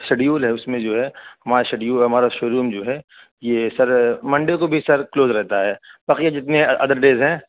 schedule ہے اس میں جو ہے ہمارا ہمارا شو روم جو ہے یہ سر منڈے کو بھی سر کلوز رہتا ہے بقیہ جتنے ادر ڈیز ہیں